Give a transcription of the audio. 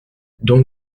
donc